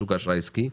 בשוק האשראי העסקי,